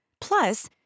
Plus